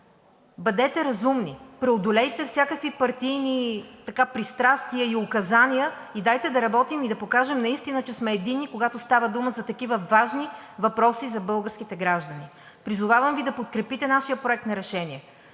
Бъдете разумни, преодолейте всякакви партийни пристрастия и указания и дайте да работим и да покажем наистина, че сме единни, когато става дума за такива важни въпроси за българските граждани. Призовавам Ви да подкрепите нашия проект на решение.